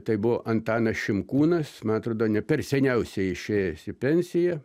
tai buvo antanas šimkūnas man atrodo ne per seniausiai išėjęs į pensiją